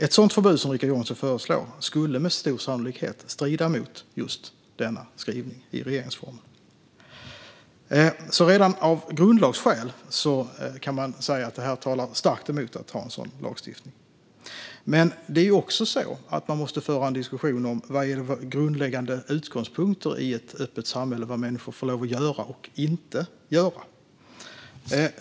Ett sådant förbud som Richard Jomshof föreslår skulle med stor sannolikhet strida mot just denna skrivning i regeringsformen. Redan grundlagsskäl talar alltså starkt emot en sådan lagstiftning. Vi måste också föra en diskussion om vilka de grundläggande utgångspunkterna är i ett öppet samhälle. Vad får människor lov att göra och inte göra?